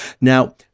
Now